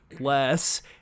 less